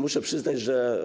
Muszę przyznać, że